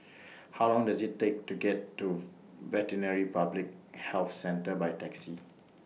How Long Does IT Take to get to Veterinary Public Health Centre By Taxi